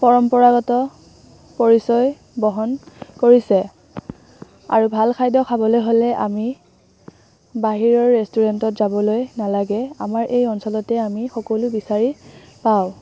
পৰম্পৰাগত পৰিচয় বহন কৰিছে আৰু ভাল খাদ্য খাবলৈ হ'লে আমি বাহিৰৰ ৰেষ্টুৰেণ্টত যাবলৈ নালাগে আমাৰ এই অঞ্চলতে আমি সকলো বিচাৰি পাওঁ